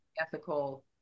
ethical